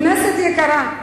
מזדהה, כנסת יקרה,